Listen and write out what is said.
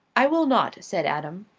i will not, said adam.